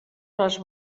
les